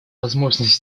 возможность